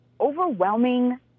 overwhelming